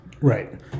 Right